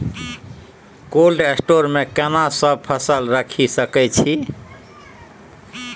Cold store मे केना सब फसल रखि सकय छी?